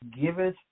giveth